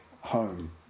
home